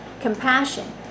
compassion